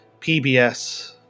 PBS